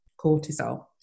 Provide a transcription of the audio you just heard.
cortisol